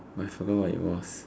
but I forgot what it was